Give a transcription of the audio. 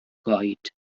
goed